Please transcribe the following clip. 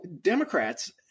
Democrats